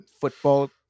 football